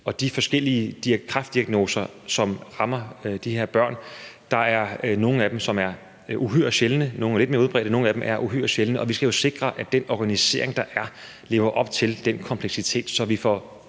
af de forskellige kræftdiagnoser, som rammer de her børn, er nogle af dem uhyre sjældne. Nogle er lidt mere udbredte, men nogle af dem er uhyre sjældne, og vi skal jo sikre, at den organisering, der er, lever op til den kompleksitet. Det handler